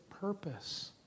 purpose